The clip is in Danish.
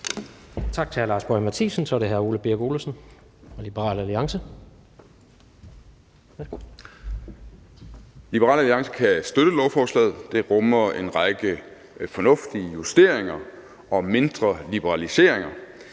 Tak til hr. Lars Boje Mathiesen. Så er det hr. Ole Birk Olesen fra Liberal Alliance. Kl. 14:05 (Ordfører) Ole Birk Olesen (LA): Liberal Alliance kan støtte lovforslaget. Det rummer en række fornuftige justeringer og mindre liberaliseringer,